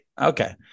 Okay